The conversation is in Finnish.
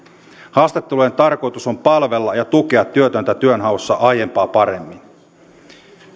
haastattelujen tarkoitus on palvella ja tukea työtöntä työnhaussa aiempaa paremmin